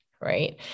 Right